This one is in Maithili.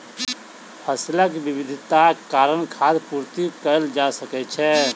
फसीलक विविधताक कारणेँ खाद्य पूर्ति कएल जा सकै छै